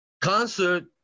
concert